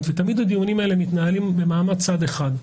ותמיד הדיונים האלה מתנהלים במעמד צד אחד.